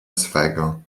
swego